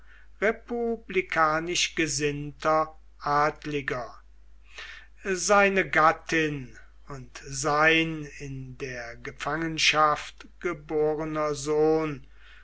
republikanisch gesinnter adliger seine gattin thusnelda und sein in der gefangenschaft geborener sohn